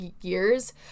years